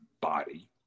body